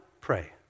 pray